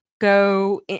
go